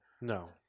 No